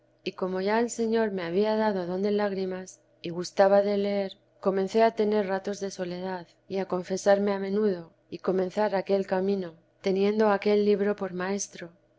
y como ya el señor me había dado don dé lágrimas y gustaba de leer comencé a tener ratos de soledad y a confesarme a menudo y comenzar aquel camino teniendo aquel libro por